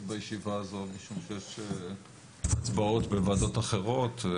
בישיבה הזו משום שיש הצבעות בוועדות אחרות.